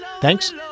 Thanks